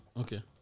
Okay